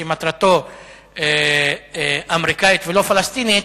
שמטרתו אמריקנית ולא פלסטינית,